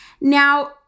now